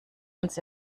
uns